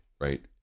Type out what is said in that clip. right